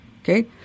Okay